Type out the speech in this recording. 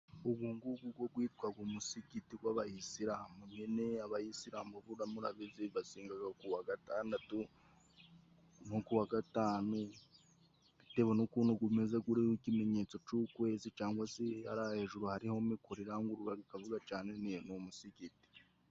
Ugungugu go gwitwaga umusigiti gw'abayisilamu nyine abayisilamu murabizi basengaga ku wa Gatandatu no ku wa Gatanu, bitewe n'ukuntu gumeze guriho ikimenyetso c'ukwezi cangwa se hariya hejuru hariho mikoro irangurura bikavuga cane, ni umusigiti.